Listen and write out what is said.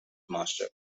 master